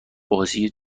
بازی